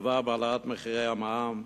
עבר בהעלאת מחירי המע"מ,